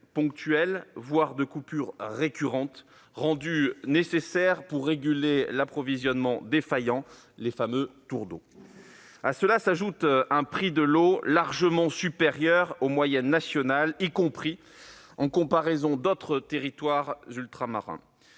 ponctuelles, voire de coupures récurrentes, rendues nécessaires pour réguler l'approvisionnement défaillant : les fameux « tours d'eau ». S'y ajoute un prix de l'eau largement supérieur aux moyennes nationales, y compris en comparaison d'autres territoires ultramarins.